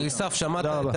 אליסף, שמעת את